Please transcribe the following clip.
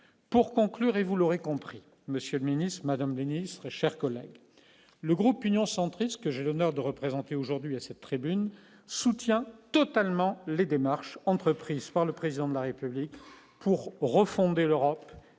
pour conclure et vous l'aurez compris monsieur le ministre Madame ministre, chers collègues, le groupe Union centriste que j'ai l'honneur de représenter aujourd'hui à cette tribune soutient totalement les démarches entreprises par le président de la République pour refonder l'Europe